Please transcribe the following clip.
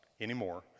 anymore